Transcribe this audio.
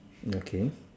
okay